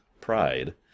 pride